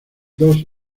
dos